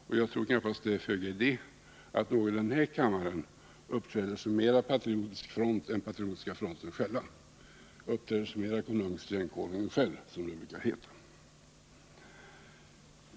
Och jag tror det är föga idé att någon i den här kammaren uppträder som mer patriotisk front än Patriotiska fronten själv, uppträder som mer konungslig än konungen själv, som det brukar heta.